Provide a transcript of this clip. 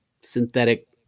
synthetic